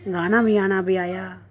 गाना बजाना बजाया